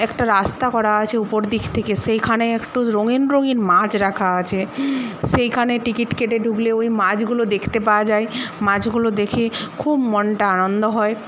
একটা রাস্তা করা আছে উপর দিক থেকে এখানে একটু রঙিন রঙিন মাছ রাখা আছে সেইখানে টিকিট কেটে ঢুকলে ওই মাছগুলো দেখতে পাওয়া যায় মাছগুলো দেখে খুব মনটা আনন্দ হয়